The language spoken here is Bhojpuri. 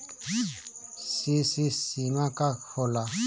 सी.सी सीमा का होला?